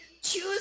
choose